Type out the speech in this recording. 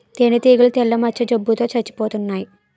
తేనీగలు తెల్ల మచ్చ జబ్బు తో సచ్చిపోతన్నాయి